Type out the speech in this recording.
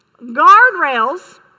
Guardrails